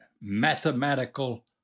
mathematical